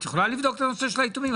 את יכולה לבדוק את הנושא של היתומים?